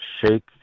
shake